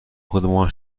خودمان